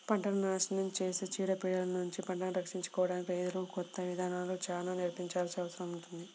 పంటను నాశనం చేసే చీడ పీడలనుంచి పంటను రక్షించుకోడానికి రైతులకు కొత్త ఇదానాలను చానా నేర్పించాల్సిన అవసరం ఉంది